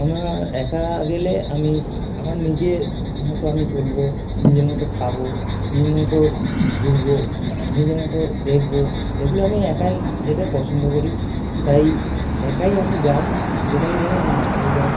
আমার একা গেলে আমি আমার নিজের মতো আমি চলবো নিজের মতো খাবো নিজের মতো ঘুরবো নিজের মতো দেখবো এগুলো আমি একাই যেতে পছন্দ করি তাই একাই আমি যাই যেথায় যাই আমি একাই যাই